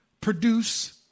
produce